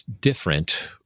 different